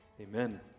Amen